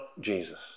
Jesus